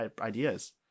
ideas